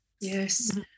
Yes